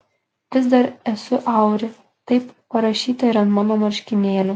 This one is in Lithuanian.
vis dar esu auri taip parašyta ir ant mano marškinėlių